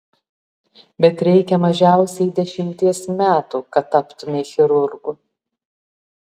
bet reikia mažiausiai dešimties metų kad taptumei chirurgu